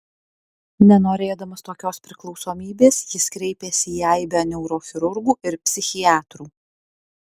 nenorėdamas tokios priklausomybės jis kreipėsi į aibę neurochirurgų ir psichiatrų